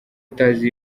utazi